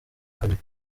kabiri